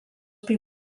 bei